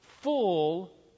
full